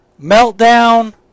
meltdown